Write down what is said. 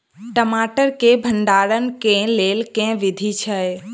टमाटर केँ भण्डारण केँ लेल केँ विधि छैय?